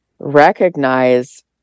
recognize